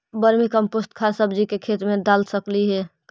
Vermi compost खाद सब्जी के खेत दाल सकली हे का?